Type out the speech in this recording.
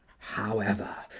however,